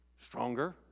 Stronger